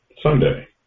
Sunday